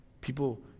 people